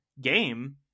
game